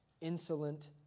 insolent